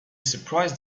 surprised